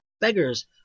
beggars